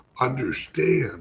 understand